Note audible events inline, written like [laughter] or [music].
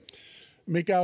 mikä [unintelligible]